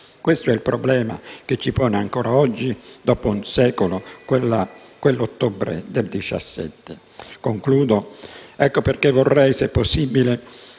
Questo è il problema che ci pone ancora oggi, dopo un secolo, quell'ottobre del '17. Ecco perché vorrei, se possibile,